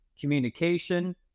communication